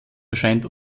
erscheint